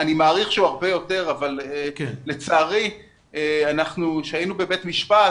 אני מעריך שהוא הרבה יותר אבל לצערי עת היינו בבית המשפט,